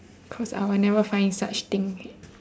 cause I would never find such things